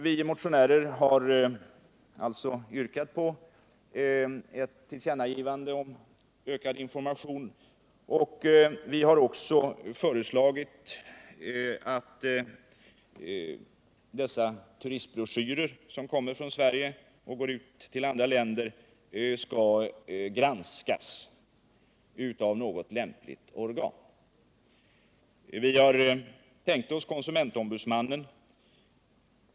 Vi motionärer har alltså yrkat på ett tillkännagivande till regeringen om ökad information. Vi har också föreslagit att de turistbroschyrer som från Sverige går ut till andra länder skall granskas av något lämpligt organ. Vi har tänkt oss konsumentombudsmannen.